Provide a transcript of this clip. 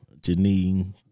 Janine